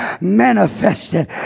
manifested